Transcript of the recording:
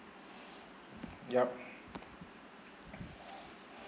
yup